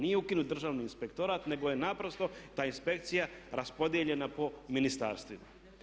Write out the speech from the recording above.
Nije ukinut državni inspektorat nego je naprosto ta inspekcija raspodijeljena po ministarstvima.